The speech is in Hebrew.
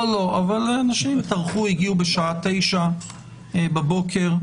אבל אנשים טרחו, הגיעו בשעה 9:00 בבוקר.